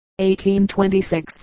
1826